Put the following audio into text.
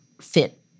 fit